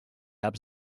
apps